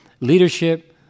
leadership